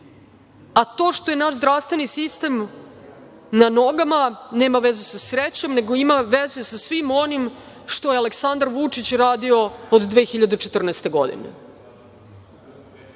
a to što je naš zdravstveni sistem na nogama nema veze sa srećom, nego ima veze sa svim onim što je Aleksandar Vučić radio od 2014. godine. Dakle,